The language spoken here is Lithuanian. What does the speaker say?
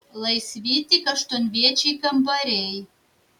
laisvi tik aštuonviečiai kambariai